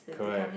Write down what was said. correct